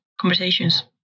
conversations